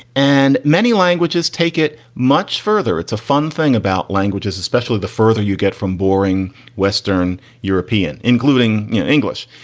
and many languages take it much further it's a fun thing about languages, especially the further you get from boring western european, including english.